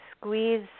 squeeze